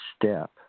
step